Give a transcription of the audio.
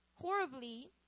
horribly